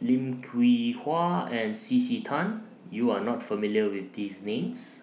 Lim Hwee Hua and C C Tan YOU Are not familiar with These Names